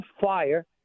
fire